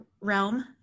realm